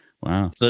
Wow